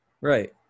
right